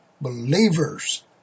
believers